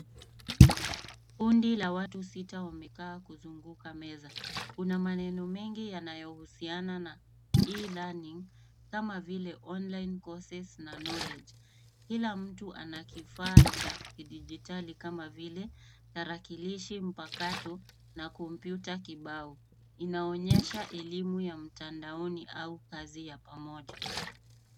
Kundi la watu sita wamekaa kuzunguka meza. Kuna maneno mengi yanayohusiana na e-learning kama vile online courses na knowledge .Kila mtu ana kifaa cha kidigitali kama vile tarakilishi mpakato na kompyuta kibao. Inaonyesha elimu ya mtandaoni au kazi ya pamoja.